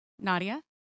Nadia